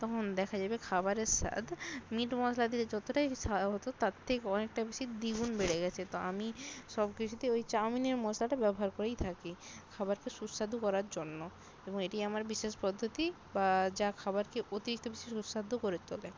তখন দেখা যাবে খাবারের স্বাদ মিট মশলা দিলে যতোটাই সে সা হতো তার থেকে অনেকটা বেশি দ্বিগুণ বেড়ে গেছে তো আমি সব কিছুতে ওই চাউমিনের মশলাটা ব্যবহার করেই থাকি খাবারকে সুস্বাদু করার জন্য এবং এটি আমার বিশেষ পদ্ধতি বা যা খাবারকে অতিরিক্ত বেশি সুস্বাদু করে তোলে